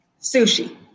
Sushi